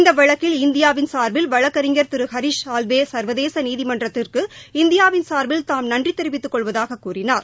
இந்த வழக்கில் இந்தியாவின் சார்பில் வழக்கறிஞர் திரு ஹரிஷ் சால்வே சர்வதேச நீதிமன்றத்திற்கு இந்தியாவின் சார்பில் தாம் நன்றி தெரிவித்துக் கொள்ளவதாக கூறினார்